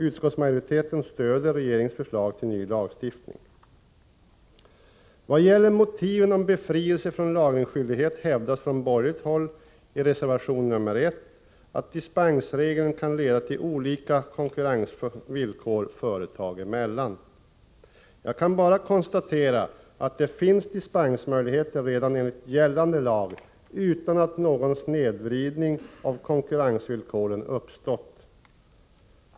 Utskottsmajoriteten stöder regeringens förslag till ny lagstiftning. Vad gäller motiven om befrielse från lagringsskyldighet, hävdas från borgerligt håll i reservation 1 att dispensreglerna kan leda till olika konkurrensvillkor företag emellan. Jag kan bara konstatera att det finns dispensmöjligheter redan enligt gällande lag utan att någon snedvridning av konkurrensvillkoren uppstått.